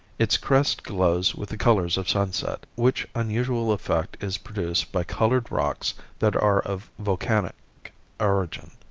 its crest glows with the colors of sunset, which unusual effect is produced by colored rocks that are of volcanic origin.